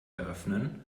eröffnen